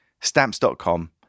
stamps.com